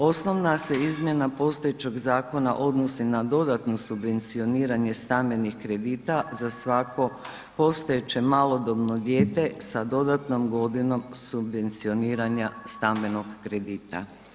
Osnovna se izmjena postojećeg zakona odnosi na dodatno subvencioniranje stambenih kredita za svako postojeće malodobno dijete sa dodatnom godinom subvencioniranja stambenog kredita.